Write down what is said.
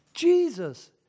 Jesus